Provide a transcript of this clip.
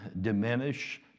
diminish